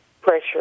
pressure